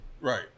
Right